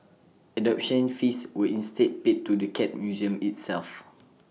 adoption fees were instead paid to the cat museum itself